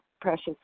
precious